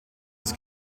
des